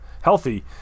healthy